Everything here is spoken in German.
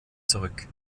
zurück